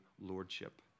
lordship